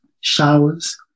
showers